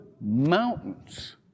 mountains